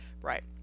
right